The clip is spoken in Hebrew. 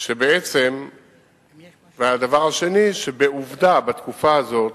2. ב"עובדה", בתקופה הזאת,